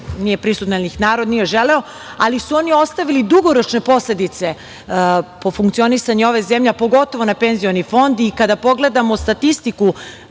nije prisutna jer ih narod nije želeo, ali su oni ostavili dugoročne posledice po funkcionisanje ove zemlje, a pogotovo na penzioni fond. Kada pogledamo statistiku,